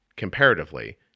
comparatively